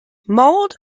mould